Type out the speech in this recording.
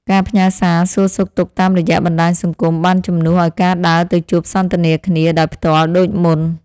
ការផ្ញើសារសួរសុខទុក្ខតាមរយៈបណ្តាញសង្គមបានជំនួសឱ្យការដើរទៅជួបសន្ទនាគ្នាដោយផ្ទាល់ដូចមុន។